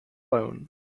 loan